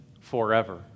forever